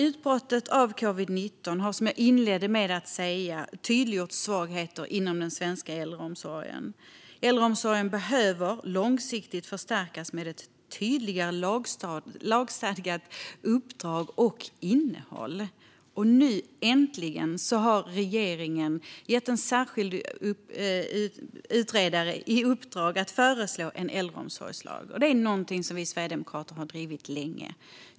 Utbrottet av covid-19 har, som jag inledde med att säga, tydliggjort svagheter inom den svenska äldreomsorgen. Äldreomsorgen behöver långsiktigt förstärkas med ett tydligare lagstadgat uppdrag och innehåll. Nu, äntligen, har regeringen gett en särskild utredare i uppdrag att föreslå en äldreomsorgslag, något som vi sverigedemokrater har drivit länge.